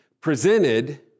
presented